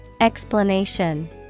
Explanation